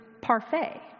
parfait